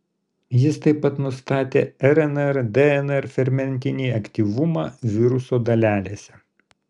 jis taip pat nustatė rnr dnr fermentinį aktyvumą viruso dalelėse